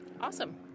Awesome